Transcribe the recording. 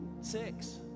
six